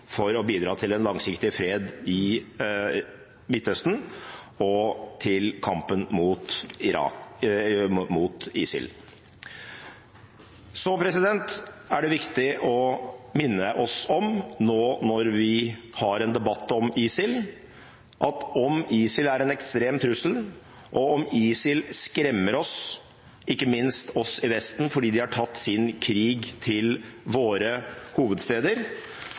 for å bidra til en langsiktig fred i Midtøsten, og til kampen mot ISIL. Så er det viktig å minne oss om, nå når vi har en debatt om ISIL, at om ISIL er en ekstrem trussel og om ISIL skremmer oss, ikke minst oss i Vesten fordi de har tatt sin krig til våre hovedsteder,